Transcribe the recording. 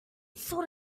sort